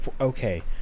Okay